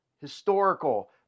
historical